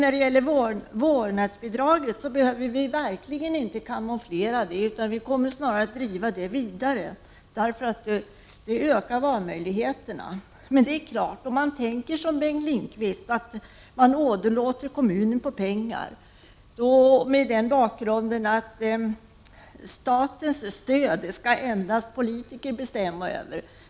När det gäller vårdnadsbidraget behöver vi verkligen inte kamouflera, utan vi kommer att driva frågan vidare, därför att vårdnadsbidraget ökar valmöjligheterna. Men Bengt Lindqvist vill, med motivet att det endast är politiker som skall bestämma över statens stöd, åderlåta kommunen på pengar.